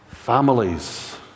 Families